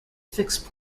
fixed